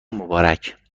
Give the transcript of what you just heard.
مبارک